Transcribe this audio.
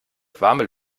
warme